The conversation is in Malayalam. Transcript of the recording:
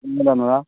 ഇന്ന് തന്നതാ